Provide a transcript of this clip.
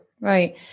Right